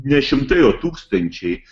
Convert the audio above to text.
ne šimtai o tūkstančiai